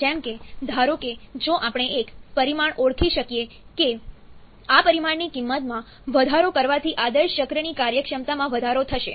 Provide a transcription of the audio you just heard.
જેમ કે ધારો કે જો આપણે એક પરિમાણ ઓળખી શકીએ કે આ પરિમાણની કિંમતમાં વધારો કરવાથી આદર્શ ચક્રની કાર્યક્ષમતામાં વધારો થશે